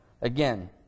again